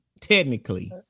Technically